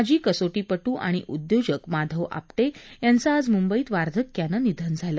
माजी कसोटीपट्र आणि उद्योजक माधव आपटे यांचं आज मुंबईत वार्धक्यानं निधन झालं